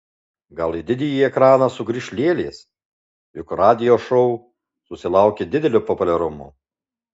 gal į didįjį ekraną sugrįš lėlės juk radio šou susilaukė didelio populiarumo